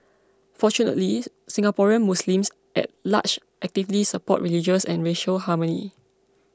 fortunately Singaporean Muslims at large actively support religious and racial harmony